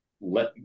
let